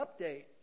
update